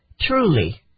truly